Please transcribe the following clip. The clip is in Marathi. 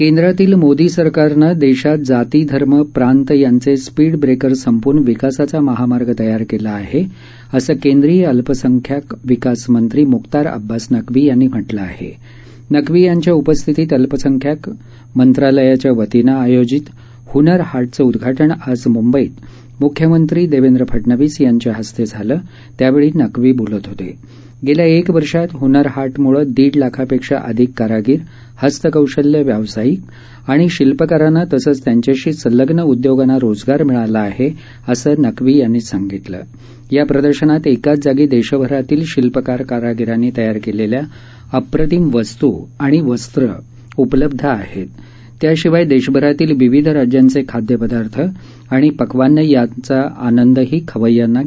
केंद्रातील मोदी सरकारनडिप्पेत जाती धर्म प्रांत यांचस्पीडब्रस्पें संपवून विकासाचा महामार्ग तयार कला आहअसं केंद्रीय अल्पसंख्याक विकास मंत्री मुख्तार अब्बास नकवी यांनी म्हटल आहा मकवी यांच्या उपस्थितीत अल्पसंख्याक मंत्रालयातर्फे आयोजित हुनर हाट चं उद्घाटन आज मुंबईत मुख्यमंत्री दक्षे फडणवीस यांच्या हस्तव्वाला उद्यावक्षी नकवी बोलत होता भाखा एक वर्षात हुनर हाट मुळव्रीड लाखपद्धी अधिक कारागीर हस्तकौशल्य व्यावसायिक आणि शिल्पकारांना तसद्धी त्यांच्याशी संलग्न उद्योगांना रोजगार मिळाला आहा असं नकवी यांनी सांगितलं या प्रदर्शनात एकाच जागी दक्षभरातील शिल्पकार कारागिरांनी तयार कलिविंग अप्रतिम वस्तू आणि वस्त्र उपलब्ध आहक्ती त्याशिवाय दक्षिरातील विविध राज्यांच खिद्यपदार्थ आणि पक्वान्न ग्रांचा आनंदही खवैय्यांना घती यईता